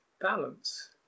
balance